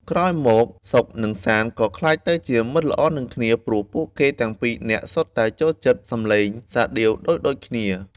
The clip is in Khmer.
ក្រោយមក សុខ និងសាន្ត ក៏ក្លាយទៅជាមិត្តល្អនឹងគ្នា ព្រោះពួកគេទាំងពីរនាក់សុទ្ធតែចូលចិត្តសំឡេងសាដៀវដូចៗគ្នា។